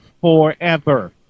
forever